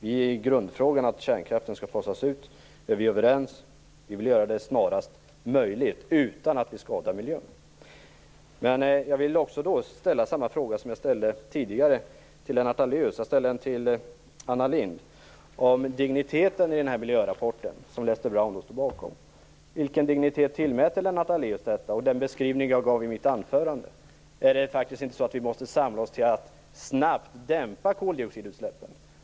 I grundfrågan, att kärnkraften skall fasas ut, är vi överens. Vi vill göra det snarast möjligt, utan att skada miljön. Jag vill ställa samma fråga till Lennart Daléus som jag ställde tidigare till Anna Lindh. Den handlar om digniteten i den miljörapport som Lester Brown står bakom. Vilken dignitet tillmäter Lennart Daléus den, och den beskrivning jag gav i mitt anförande? Är det inte så att vi måste samla oss och snabbt dämpa koldioxidutsläppen?